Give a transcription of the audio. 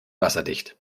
wasserdicht